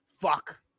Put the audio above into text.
Fuck